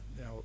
Now